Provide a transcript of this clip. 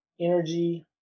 energy